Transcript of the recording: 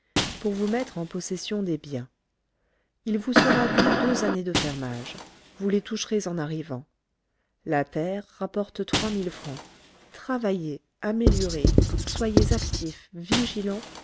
pour vous mettre en possession des biens il vous sera dû deux années de fermage vous les toucherez en arrivant la terre rapporte trois mille francs travaillez améliorez soyez actif vigilant